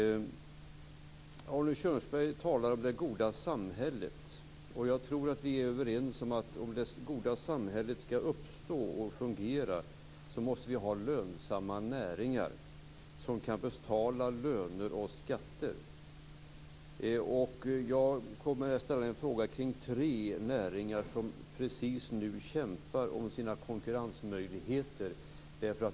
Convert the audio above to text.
Arne Kjörnsberg talar om det goda samhället. Jag tror att vi är överens om att om det goda samhället skall uppstå och fungera måste vi ha lönsamma näringar som kan betala löner och skatter. Jag kommer att ställa en fråga kring tre näringar som precis nu kämpar om sina konkurrensmöjligheter.